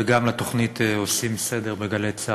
וגם לתוכנית "יהיה בסדר" ב"גלי צה"ל".